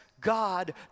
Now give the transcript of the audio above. God